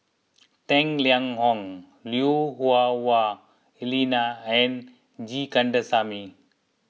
Tang Liang Hong Lui Hah Wah Elena and G Kandasamy